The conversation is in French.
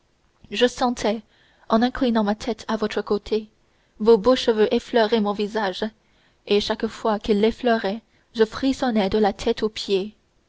je sentais en inclinant ma tête à votre côté vos beaux cheveux effleurer mon visage et chaque fois qu'ils l'effleuraient je frissonnais de la tête aux pieds